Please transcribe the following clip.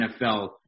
NFL